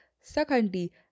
Secondly